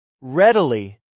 Readily